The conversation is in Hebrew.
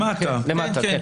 בעמוד למטה.